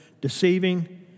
deceiving